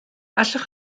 allwch